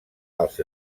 els